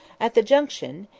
at the junction,